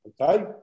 okay